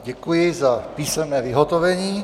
Děkuji za písemné vyhotovení.